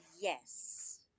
yes